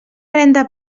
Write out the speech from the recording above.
renda